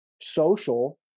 social